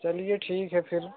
चलिए ठीक है फिर